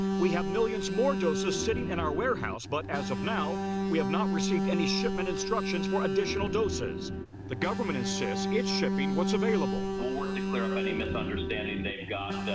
we have millions more doses sitting in our warehouse but as of now we have no received any shipment instructions for additional doses the government insists it's shipping what's available. we'll work to clear up any misunderstanding they